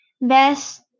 Best